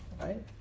right